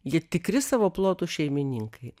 jie tikri savo plotų šeimininkai